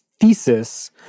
thesis